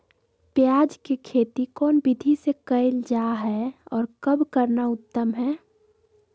प्याज के खेती कौन विधि से कैल जा है, और कब करना उत्तम है?